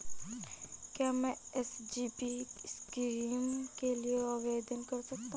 क्या मैं SGB scheme के लिए आवेदन कर सकता हूँ?